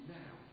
now